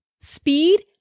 Speed